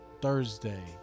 thursday